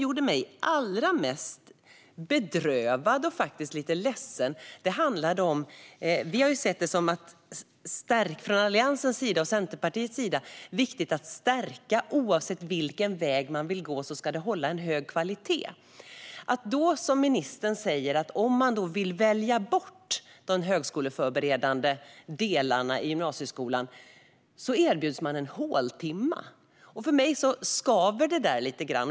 Från Alliansens och Centerpartiets sida har vi sett det som viktigt att stärka skolan, så att den håller en hög kvalitet oavsett vilken väg man vill gå. Det som gör mig bedrövad och ledsen är att ministern nu säger att de som vill välja bort de högskoleförberedande delarna erbjuds en håltimme. För mig skaver detta.